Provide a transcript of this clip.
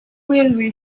railway